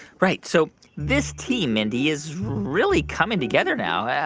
right. so this team, mindy, is really coming together now.